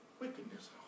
wickedness